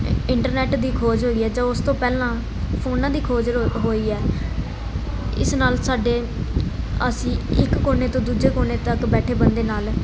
internet ਦੀ ਖੋਜ ਹੋਈ ਹੈ ਜਾਂ ਉਸ ਤੋਂ ਪਹਿਲਾਂ ਫੋਨਾਂ ਦੀ ਖੋਜ ਰ ਹੋਈ ਹੈ ਇਸ ਨਾਲ ਸਾਡੇ ਅਸੀਂ ਇੱਕ ਕੋਨੇ ਤੋਂ ਦੂਜੇ ਕੋਨੇ ਤੱਕ ਬੈਠੇ ਬੰਦੇ ਨਾਲ